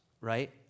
right